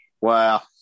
wow